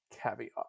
caveat